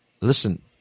listen